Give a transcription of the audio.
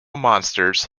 monsters